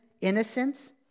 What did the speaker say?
innocence